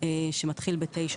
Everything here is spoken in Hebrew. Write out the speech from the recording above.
שמתחיל ב-98,